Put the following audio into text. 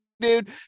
dude